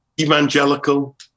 evangelical